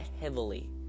heavily